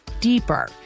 deeper